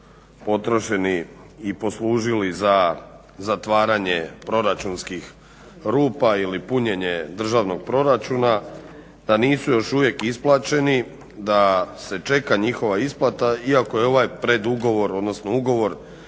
potrošeni i poslužili za zatvaranje proračunskih rupa ili punjenje državnog proračuna, da nisu još uvijek isplaćeni, da se čeka njihova isplata iako je ovaj predugovor, odnosno ugovor